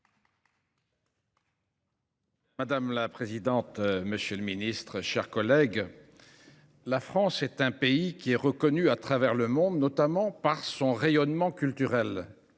Madame la présidente, monsieur le ministre, mes chers collègues, la France est un pays connu à travers le monde pour son rayonnement culturel,